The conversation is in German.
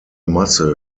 masse